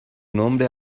nombre